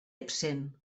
absent